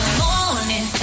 morning